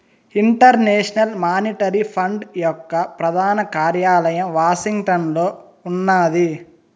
international Monetary Fund యొక్క ప్రధాన కార్యాలయం వాషింగ్టన్లో ఉన్నాది